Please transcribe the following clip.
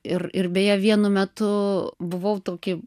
ir ir beje vienu metu buvau tokį